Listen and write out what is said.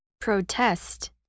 Protest